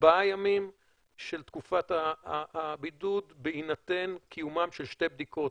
בארבעה ימים של תקופת הבידוד בהינתן קיומן של שתי בדיקות,